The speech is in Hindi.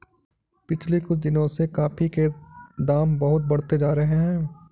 पिछले कुछ दिनों से कॉफी के दाम बहुत बढ़ते जा रहे है